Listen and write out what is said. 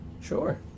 sure